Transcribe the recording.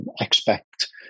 expect